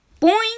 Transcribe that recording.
Boing